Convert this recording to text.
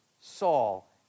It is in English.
Saul